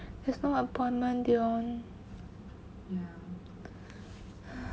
there's no appointment dion